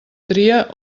tria